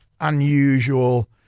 unusual